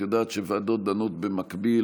את יודעת שוועדות דנות במקביל,